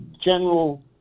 general